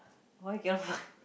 why you cannot